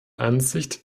ansicht